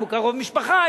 אם הוא קרוב משפחה,